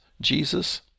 Jesus